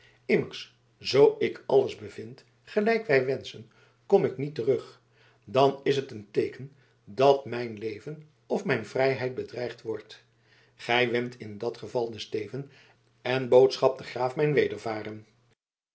immers zoo ik alles bevind gelijk wij wenschen kom ik niet terug dan is het een teeken dat mijn leven of mijn vrijheid bedreigd wordt gij wendt in dat geval den steven en boodschapt den graaf mijn wedervaren